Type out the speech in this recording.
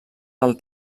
del